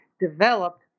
developed